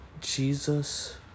Jesus